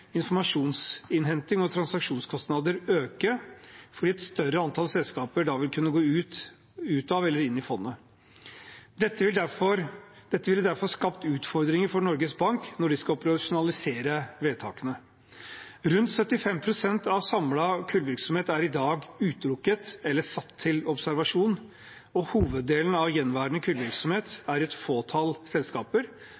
informasjonsinnhenting og transaksjonskostnader øke fordi et større antall selskaper da vil kunne gå ut av eller inn i fondet. Dette ville derfor skapt utfordringer for Norges Bank når de skal operasjonalisere vedtakene. Rundt 75 pst. av samlet kullvirksomhet er i dag utelukket eller satt til observasjon. Hoveddelen av gjenværende kullvirksomhet